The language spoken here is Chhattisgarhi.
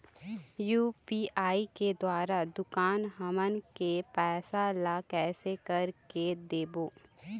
यू.पी.आई के द्वारा दुकान हमन के पैसा ला कैसे कर के देबो?